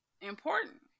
important